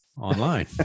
online